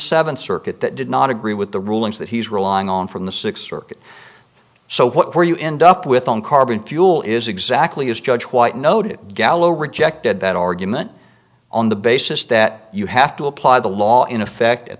seventh circuit that did not agree with the rulings that he's relying on from the sixth circuit so where you end up with on carbon fuel is exactly as judge white noted gallo rejected that argument on the basis that you have to apply the law in effect at